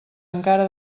encara